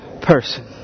person